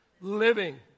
living